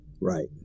right